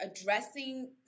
addressing